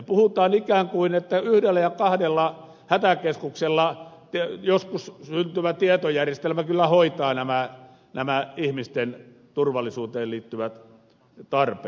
puhutaan ikään kuin yhdellä ja kahdella hätäkeskuksella joskus syntyvä tietojärjestelmä kyllä hoitaa nämä ihmisten turvallisuuteen liittyvät tarpeet